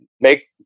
make